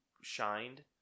shined